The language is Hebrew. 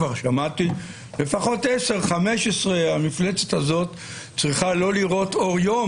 כבר שמעתי לפחות 10 או 15 שנה "המפלצת הזאת צריכה לא לראות אור יום".